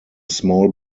small